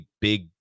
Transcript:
big